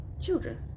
children